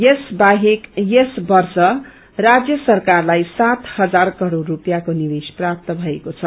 यस बाहेक यस वर्ष राज्य सरकारलाई सात हजार करोइ रुपियाँको निवेश प्राप्त भएको छ